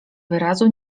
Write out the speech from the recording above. wyrazu